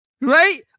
right